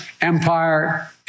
empire